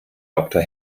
doktor